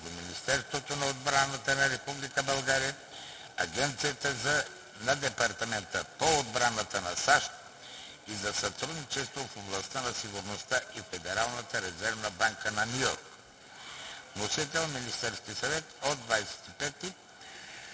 Министерството на отбраната на Република България, Агенцията на Департамента по отбрана на САЩ за сътрудничество в областта на сигурността и Федералната резервна банка на Ню Йорк. Вносител – Министерският съвет на 25